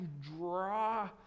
draw